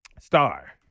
star